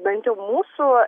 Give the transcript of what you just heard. bent jau mūsų